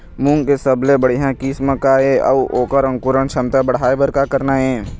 मूंग के सबले बढ़िया किस्म का ये अऊ ओकर अंकुरण क्षमता बढ़ाये बर का करना ये?